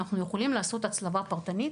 אנחנו יכולים לעשות הצלבה פרטנית.